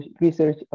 research